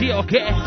okay